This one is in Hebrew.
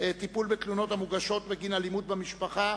טיפול בתלונות המוגשות בגין אלימות במשפחה,